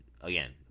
again